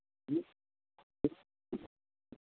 ह्म्म ह्म्म